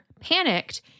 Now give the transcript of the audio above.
panicked